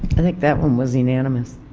i think that one was unanimous.